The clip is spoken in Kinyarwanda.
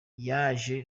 yaje